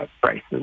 prices